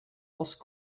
aus